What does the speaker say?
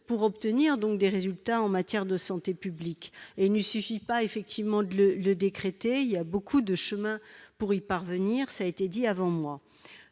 pour obtenir des résultats en matière de santé publique. Il ne suffit pas, il est vrai, de le décréter. Il y a beaucoup de chemins pour y parvenir, d'autres l'ont dit avant moi.